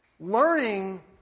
Learning